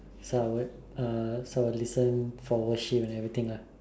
so I would uh so I would listen for worship and everything lah